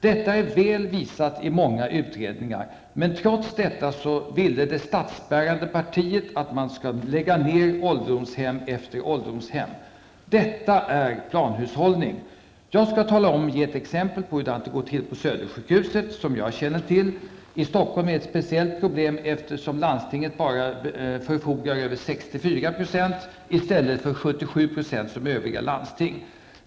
Detta är väl visat i många utredningar, men trots detta ville det statsbärande partiet att man skulle lägga ned ålderdomshem efter ålderdomshem. Detta är planhushållning! Jag skall ge ett exempel på hur det går till på Södersjukhuset, som jag känner till. Stockholm har ett speciellt problem eftersom landstinget förfogar över bara 64 % i stället för 77 %, som övriga landsting.